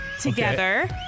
together